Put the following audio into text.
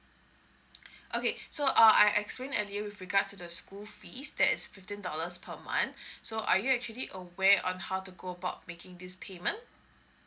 okay so uh I explain at you with regards to the school fees that is fifteen dollars per month so are you actually aware on how to go about making this payment